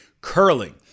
curling